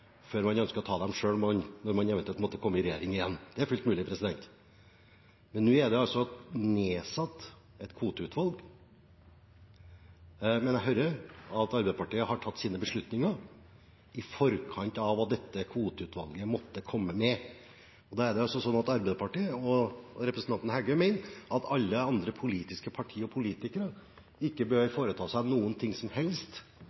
man ønsker å ta dem selv når man eventuelt måtte komme i regjering igjen. Det er fullt mulig. Nå er det altså nedsatt et kvoteutvalg, men jeg hører at Arbeiderpartiet har tatt sine beslutninger i forkant av hva dette kvoteutvalget måtte komme med. Da er det altså sånn at Arbeiderpartiet og representanten Heggø mener at alle andre politiske partier og politikere ikke bør foreta seg noe som helst